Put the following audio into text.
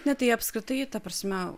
ne tai apskritai ta prasme